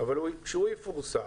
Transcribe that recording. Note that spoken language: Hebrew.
אבל כשהוא יפורסם,